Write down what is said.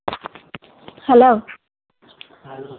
hello